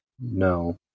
No